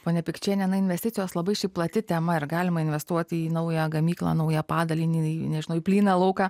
ponia pikčiene na investicijos labai šiaip plati tema ir galima investuoti į naują gamyklą naują padalinį į nežinau į plyną lauką